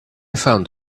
found